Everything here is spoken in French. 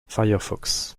firefox